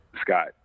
Scott